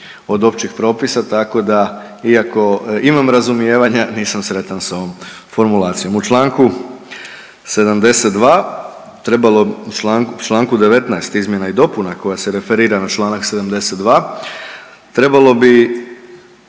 od općih propisa, tako da imam razumijevanja nisam sretan sa ovom formulacijom. U članku 72., članku 19. izmjena i dopuna koja se referira na članak 72. trebalo bi